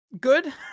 good